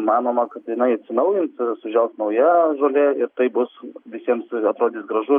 manoma kad jinai atsinaujins tai yra sužels nauja žolė ir tai bus visiems atrodys gražu